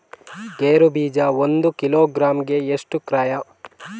ಗೇರು ಬೀಜ ಒಂದು ಕಿಲೋಗ್ರಾಂ ಗೆ ಎಷ್ಟು ಕ್ರಯ?